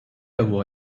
avoir